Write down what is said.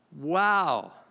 Wow